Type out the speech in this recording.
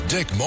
Dick